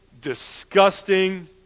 disgusting